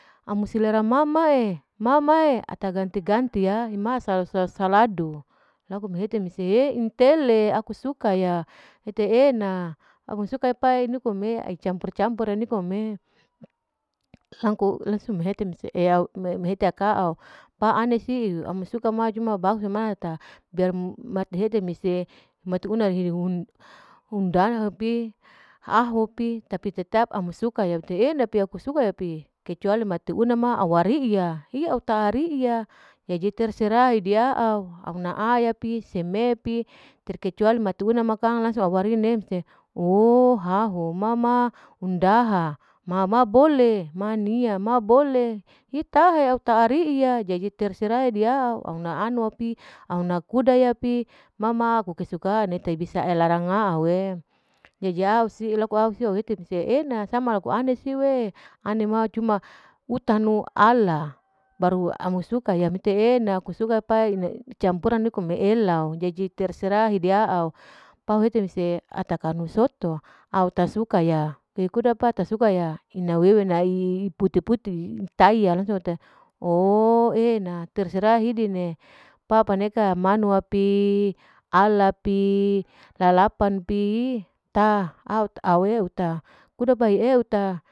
Amu selera ma ma'e, ma ma'e ata ganti-ganti ya masa sa saladu, laku mehete mese entele mu suka ya e'ena, musuka pa anikom e ai campur-campur nikom'e, laku langsung mehete mese eau me-mehete akau pa ane siu amu suka ma cuman bakso, mate hete mese matuna undana pi, haho pi, tapi tetap amu suka ya ete e'na pi aku suka ya pi, kecuali mate una ya wa'a ri'i ya, au ta ri'iya jadi terserah diyi a'au, auna aya pi, seme pi, terkecuali mate una bukang wari'i nemse, oo haho ma ma undaha, ma ma bole mania ma bole hi taha ya au tahari'iya jadi terserah di a'au, au naanu pi, au nauna kuda ya pi, ma ma ku kesukaan jadi tak bisa larang a'au e, jadi au si loko au si au hete mese e'ena sama laku sama laku ane siu'e, ane ma cuman utanu ala baru amu suka yaa mete e'ena aku suka pa ina campuran nikom ela'o, jadi terserah hidi a'au pau hete mese ata kanu soto au ta suka ya kekuda pa ta suka ya ina wewe na'ii pute-pute'i taiya ooo, e'ena terserah hidi ne, pa paneka manuwa pi, ala pi, lalapan pi, taha au awweta, kuda pa e'ew ta.